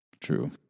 True